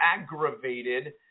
aggravated